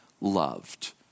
loved